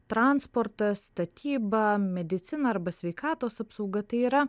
transportas statyba medicina arba sveikatos apsauga tai yra